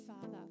Father